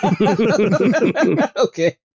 Okay